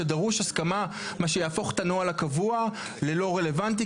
שדרוש הסכמה מה שיהפוך את הנוהל הקבוע ללא רלוונטי,